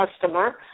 customer